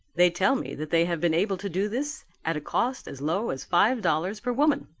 they tell me that they have been able to do this at a cost as low as five dollars per woman.